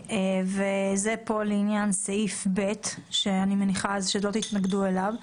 וזה לעניין סעיף (ב) שאני מניחה שלא תתנגדו אליו,